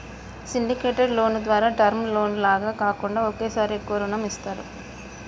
syndicated loan ద్వారా term loan లాగా కాకుండా ఒకేసారి ఎక్కువ రుణం ఇస్తారు